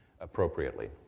appropriately